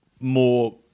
more